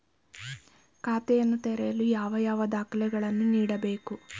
ಖಾತೆಯನ್ನು ತೆರೆಯಲು ಯಾವ ಯಾವ ದಾಖಲೆಗಳನ್ನು ನೀಡಬೇಕು?